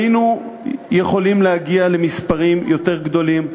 היינו יכולים להגיע למספרים יותר גדולים.